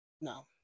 No